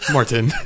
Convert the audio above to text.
Martin